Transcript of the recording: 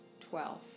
twelve